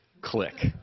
Click